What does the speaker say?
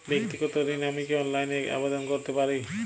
ব্যাক্তিগত ঋণ আমি কি অনলাইন এ আবেদন করতে পারি?